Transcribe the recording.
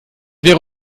wäre